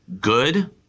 good